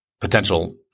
potential